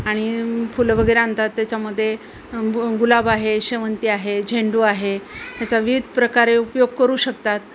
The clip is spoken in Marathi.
आणि फुलं वगैरे आणतात त्याच्यामध्ये गुलाब आहे शेवंती आहे झेंडू आहे याचा विविध प्रकारे उपयोग करू शकतात